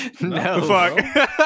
no